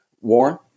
Warren